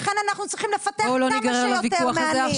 לכן אנו צריכים לפתח כמה שיותר מענים.